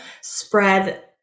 spread